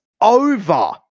over